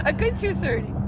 ah good two thirty!